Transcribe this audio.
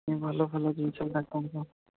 ନାହିଁ ଭଲ ଭଲ ଜିନିଷଗୁଡ଼ା କମ୍ ଦାମ୍